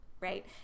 right